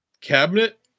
cabinet